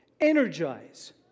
Energize